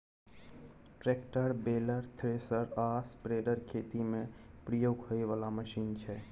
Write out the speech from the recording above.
tractor, baler, thresher आ spreader खेती मे प्रयोग होइ बला मशीन छै